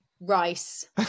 rice